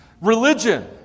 religion